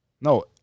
No